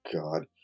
God